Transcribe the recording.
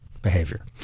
behavior